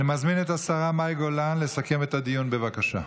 אני מזמין את השרה מאי גולן לסכם את הדיון, בבקשה.